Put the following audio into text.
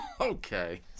Okay